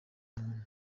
muntu